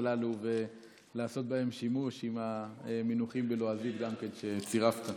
הללו ולעשות בהן שימוש עם המינוחים בלועזית שצירפת.